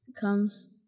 comes